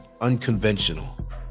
unconventional